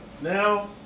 Now